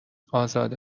ازاده